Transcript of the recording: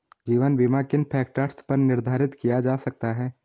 जीवन बीमा किन फ़ैक्टर्स पर निर्धारित किया जा सकता है?